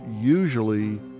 usually